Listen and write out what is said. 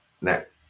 next